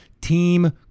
team